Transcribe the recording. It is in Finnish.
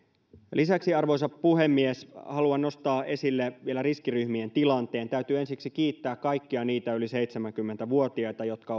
lisäksi arvoisa puhemies haluan nostaa esille vielä riskiryhmien tilanteen täytyy ensiksi kiittää kaikkia niitä yli seitsemänkymmentä vuotiaita jotka